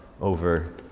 over